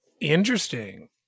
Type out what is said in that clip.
Interesting